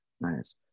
Nice